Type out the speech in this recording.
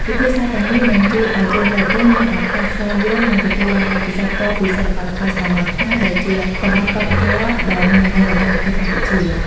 វិធីសាស្រ្តទាំងនេះនឹងជួយឲ្យជនបរទេសមានឱកាសស្វែងយល់ និងទទួលបានបទពិសោធន៍ផ្ទាល់ពីសិល្បៈល្ខោនស្រមោលខ្មែរ ដែលជាសម្បត្តិវប្បធម៌ដ៏មានតម្លៃរបស់ប្រទេសកម្ពុជា។